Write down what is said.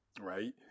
right